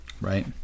right